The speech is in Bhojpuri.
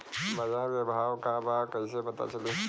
बाजार के भाव का बा कईसे पता चली?